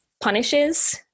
punishes